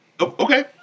okay